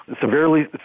severely